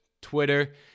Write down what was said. Twitter